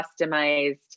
customized